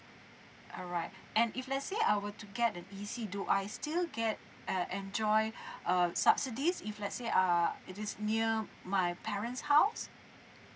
alright and if let's say I were to get a E_C do I still get uh enjoy uh subsidies if let's say err it is near my parents house